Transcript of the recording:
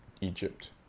Egypt